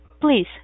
Please